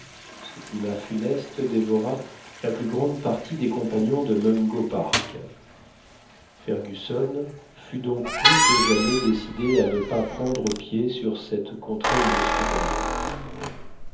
ce climat funeste dévora la plus grande partie des compagnons de mungo park fergusson fut donc plus que jamais décidé à ne pas prendre pied sur cette contrée inhospitalière